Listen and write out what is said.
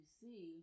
see